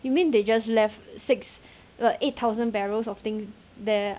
you mean they just left six um eight thousand barrels of thing there